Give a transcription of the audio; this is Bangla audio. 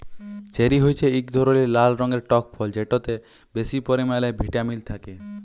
চেরি হছে ইক ধরলের লাল রঙের টক ফল যেটতে বেশি পরিমালে ভিটামিল থ্যাকে